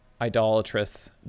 idolatrous